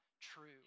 true